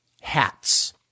hats